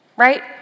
Right